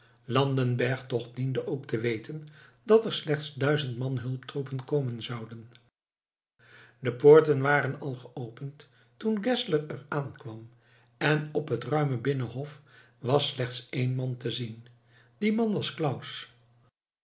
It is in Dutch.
landenberg toch diende ook te weten dat er slechts duizend man hulptroepen komen zouden de poorten waren al geopend toen geszler er aankwam en op het ruime binnenhof was slechts één man te zien die man was claus